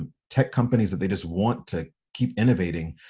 um tech companies that they just want to keep innovating,